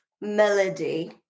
melody